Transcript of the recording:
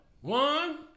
One